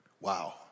Wow